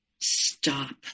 stop